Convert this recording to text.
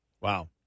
Wow